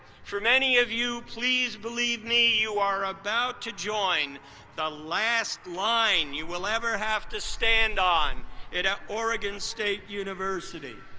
for many of you, please believe me, you are about to join the last line you will ever have to stand in at ah oregon state university!